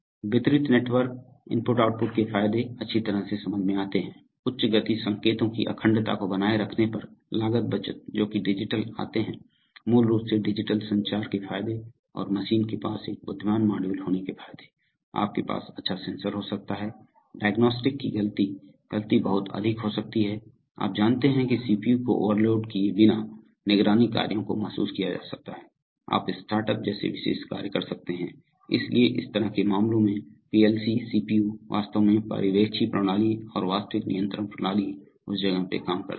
वितरित network IO के फायदे अच्छी तरह से समझ में आते हैं उच्च गति संकेतों की अखंडता को बनाए रखने पर लागत बचत जोकि डिजिटल आते हैं मूल रूप से डिजिटल संचार के फायदे और मशीन के पास एक बुद्धिमान मॉड्यूल होने के फायदे आपके पास अच्छा सेंसर हो सकता है डायग्नोस्टिक्स की गलती गलती बहुत अधिक हो सकती है आप जानते हैं कि सीपीयू को ओवरलोड किए बिना निगरानी कार्यों को महसूस किया जा सकता है आप स्टार्टअप जैसे विशेष कार्य कर सकते हैं इसलिए इस तरह के मामलों में पीएलसी सीपीयू वास्तव में पर्यवेक्षी प्रणाली और वास्तविक नियंत्रण प्रणाली उस जगह पे काम करता है